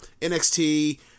NXT